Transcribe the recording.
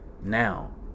now